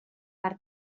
per